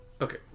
Okay